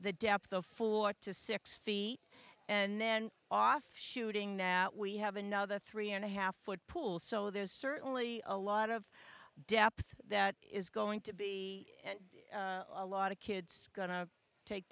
the depth of four to six feet and then off shooting now we have another three and a half foot pool so there's certainly a lot of depth that is going to be a lot of kids going to take